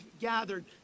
gathered